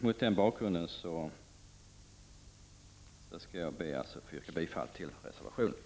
Mot denna bakgrund skall jag be att få yrka bifall till reservationen.